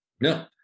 No